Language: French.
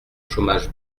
chômage